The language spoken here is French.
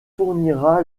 fournira